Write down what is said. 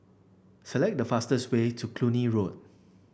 select the fastest way to Cluny Road